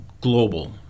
global